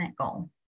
goal